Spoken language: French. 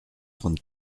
trente